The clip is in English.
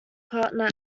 partner